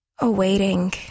awaiting